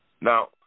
Now